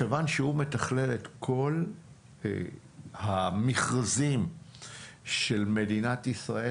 מכיוון שהוא מתכלל את כל המכרזים של מדינת ישראל,